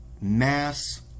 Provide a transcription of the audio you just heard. mass